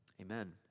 Amen